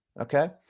Okay